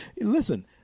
Listen